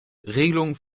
regelung